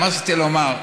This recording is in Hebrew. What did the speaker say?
מה שרציתי לומר,